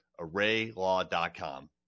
ArrayLaw.com